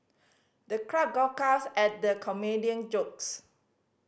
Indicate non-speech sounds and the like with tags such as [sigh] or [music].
the crowd guffawed [unintelligible] at the comedian jokes